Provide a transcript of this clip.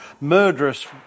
murderous